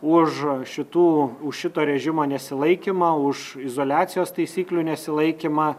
už šitų už šito režimo nesilaikymą už izoliacijos taisyklių nesilaikymą